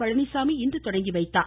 பழனிச்சாமி இன்று தொடங்கிவைத்தார்